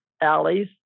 alleys